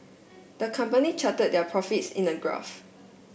the company charted their profits in a graph